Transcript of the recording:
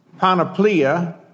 panoplia